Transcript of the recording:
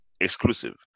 Exclusive